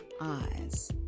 eyes